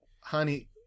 Honey